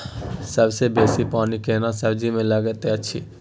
सबसे बेसी पानी केना सब्जी मे लागैत अछि?